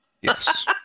Yes